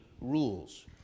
rules